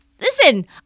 Listen